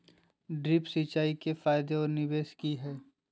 Drip सिंचाई के फायदे और निवेस कि हैय?